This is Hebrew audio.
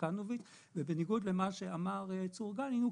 בניגוד למה שאמר צור גלין,